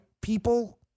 people